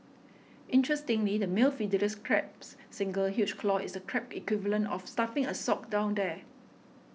interestingly the male Fiddlers Crab's single huge claw is a crab equivalent of stuffing a sock down there